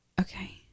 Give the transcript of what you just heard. okay